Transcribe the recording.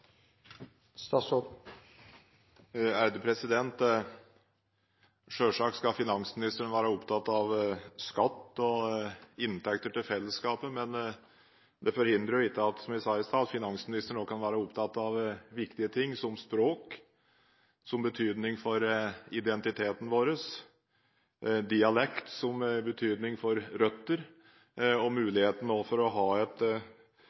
skal finansministeren være opptatt av skatt og inntekter til fellesskapet, men det forhindrer jo ikke – som jeg sa i stad – at finansministeren også kan være opptatt av viktige ting som språk som betydning for identiteten vår, dialekt som betydning for røtter, muligheten for å ha